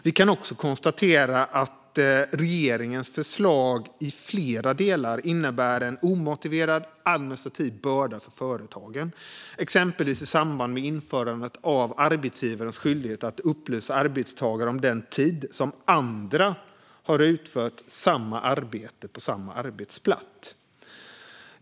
Vi kan också konstatera att regeringens förslag i flera delar innebär en omotiverad administrativ börda för företagen, exempelvis i samband med införandet av arbetsgivarens skyldighet att upplysa arbetstagare om den tid som andra har utfört samma arbete på samma arbetsplats.